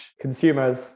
consumers